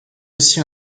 aussi